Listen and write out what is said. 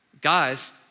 Guys